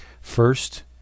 first